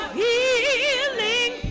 healing